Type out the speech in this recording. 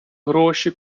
гроші